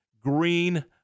green